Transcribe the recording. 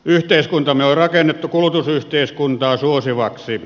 yhteiskuntamme on rakennettu kulutusyhteiskuntaa suosivaksi